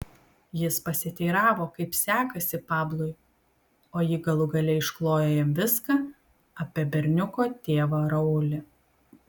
jis pasiteiravo kaip sekasi pablui o ji galų gale išklojo jam viską apie berniuko tėvą raulį